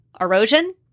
erosion